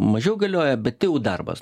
mažiau galioja bet jau darbas